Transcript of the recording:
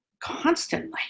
constantly